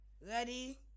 Ready